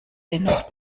dennoch